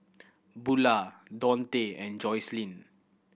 Bula Dontae and Jocelynn